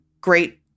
great